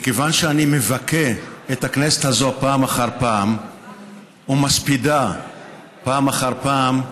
מכיוון שאני מבכה את הכנסת הזאת פעם אחר פעם ומספידה פעם אחר פעם,